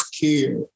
care